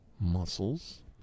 muscles